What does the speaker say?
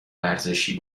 ورزشی